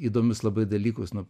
ydomius labai dalykus nu